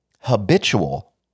habitual